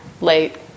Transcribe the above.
late